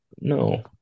No